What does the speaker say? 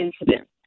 incident